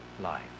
life